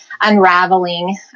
unraveling